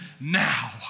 now